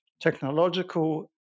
technological